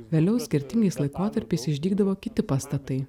vėliau skirtingais laikotarpiais išdygdavo kiti pastatai